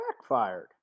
backfired